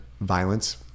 violence-